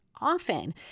Often